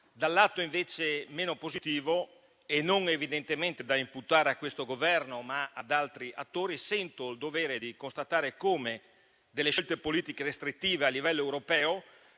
aspetti invece meno positivi - non evidentemente da imputare a questo Governo, ma ad altri attori - sento il dovere di constatare come le scelte politiche restrittive prese a livello europeo